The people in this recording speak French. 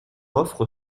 offre